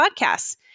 podcasts